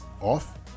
off